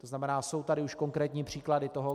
To znamená, jsou tady už konkrétní příklady toho.